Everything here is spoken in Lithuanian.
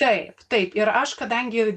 taip taip ir aš kadangi